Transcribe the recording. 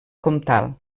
comtal